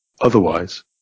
otherwise